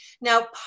Now